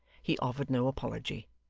he offered no apology,